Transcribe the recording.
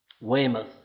Weymouth